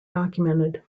documented